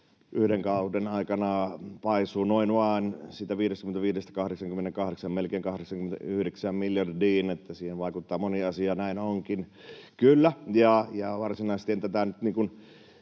yhden kauden aikana paisuu noin vaan siitä 55:stä 88:aan, melkein 89 miljardiin, vaan siihen vaikuttaa moni asia. Näin onkin, kyllä, ja varsinaisesti en tätä nyt